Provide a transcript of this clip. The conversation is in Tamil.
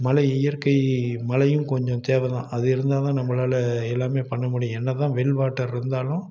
மழை இயற்கை மழையும் கொஞ்சம் தேவை தான் அது இருந்தால் தான் நம்மளால எல்லாம் பண்ண முடியும் என்னதான் வெல் வாட்டர் இருந்தாலும்